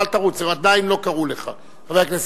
יעקב כץ.